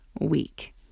week